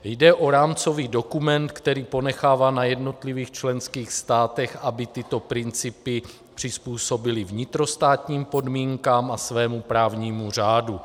Jde o rámcový dokument, který ponechává na jednotlivých členských státech, aby tyto principy přizpůsobily vnitrostátním podmínkám a svému právnímu řádu.